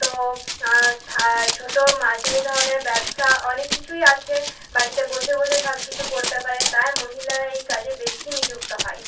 তো স্থা ছোট মাঝারি ধরনের ব্যবসা অনেক কিছুই আছে বাড়িতে বসে বসে সব কিছু করতে পারে তাই মহিলারা এই কাজে বেশি নিযুক্ত হয়